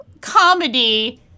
comedy